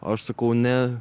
aš sakau ne